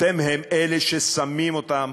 אתם אלה ששמים אותם